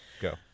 Go